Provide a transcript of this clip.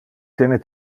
tene